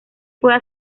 puede